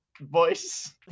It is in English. voice